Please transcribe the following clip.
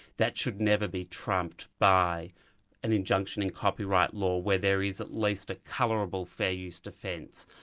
that should never be trumped by an injunction in copyright law where there is at least a colourable fair-use defence.